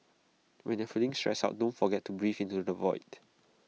when you are feeling stressed out don't forget to breathe into the void